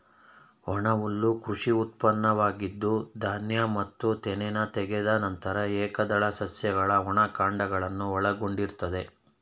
ಒಣಹುಲ್ಲು ಕೃಷಿ ಉಪಉತ್ಪನ್ನವಾಗಿದ್ದು ಧಾನ್ಯ ಮತ್ತು ತೆನೆನ ತೆಗೆದ ನಂತರ ಏಕದಳ ಸಸ್ಯಗಳ ಒಣ ಕಾಂಡಗಳನ್ನು ಒಳಗೊಂಡಿರ್ತದೆ